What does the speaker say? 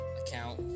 account